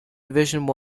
division